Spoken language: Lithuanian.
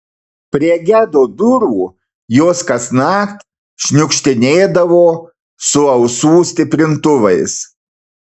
prie gedo durų jos kasnakt šniukštinėdavo su ausų stiprintuvais